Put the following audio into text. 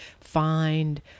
find